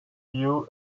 you